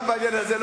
גם בעניין הזה,